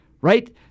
right